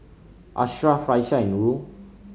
Ashraf Raisya and Nurul